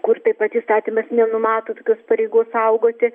kur taip pat įstatymas nenumato tokios pareigos saugoti